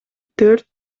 төрт